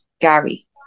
Gary